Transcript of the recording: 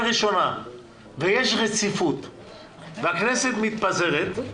קריאה ראשונה ויש רציפות והכנסת מתפזרת,